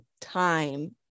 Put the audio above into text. time